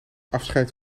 afscheid